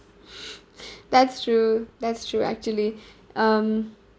that's true that's true actually um